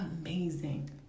amazing